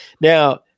Now